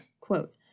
Quote